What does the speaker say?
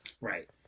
right